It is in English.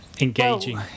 engaging